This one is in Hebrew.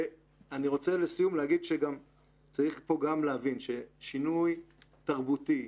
ואני רוצה לסיום להגיד ששינוי תרבותי,